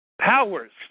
Powers